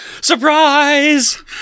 Surprise